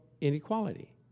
inequality